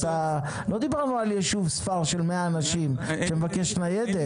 לא דיברנו על יישוב ספר של 100 אנשים שמבקש ניידת.